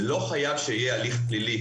לא חייב שיהיה הליך פלילי,